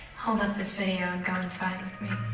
hold up this video and go inside with me.